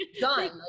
done